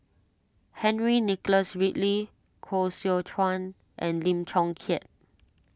Henry Nicholas Ridley Koh Seow Chuan and Lim Chong Keat